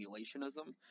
simulationism